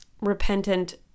repentant